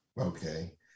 Okay